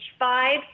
vibe